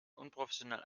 unprofessionellen